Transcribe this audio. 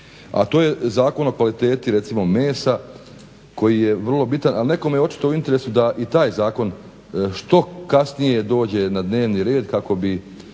a to je Zakon o kvaliteti mesa koji je vrlo bitan ali je nekome očito u interesu da i taj zakon što kasnije dođe na dnevni red kako bi